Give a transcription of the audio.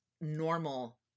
normal